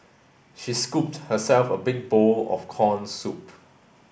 she scooped herself a big bowl of corn soup